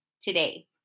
today